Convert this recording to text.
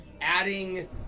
adding